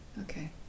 Okay